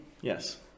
Yes